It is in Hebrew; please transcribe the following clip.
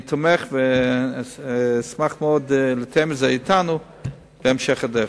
אני תומך, ואשמח מאוד לתאם את זה בהמשך הדרך.